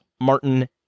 Martin